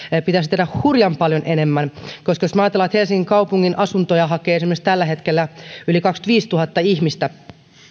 pitäisi tehdä hurjan paljon enemmän koska jos me ajattelemme että helsingin kaupungin asuntoja hakee esimerkiksi tällä hetkellä yli kaksikymmentäviisituhatta ihmistä